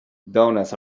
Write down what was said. doughnuts